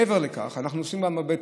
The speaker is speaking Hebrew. מעבר לכך, אנחנו עושים גם הרבה יותר.